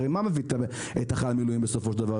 הרי מה מביא בסופו של דבר את